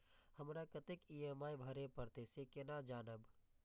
हमरा कतेक ई.एम.आई भरें परतें से केना जानब?